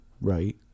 right